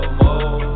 more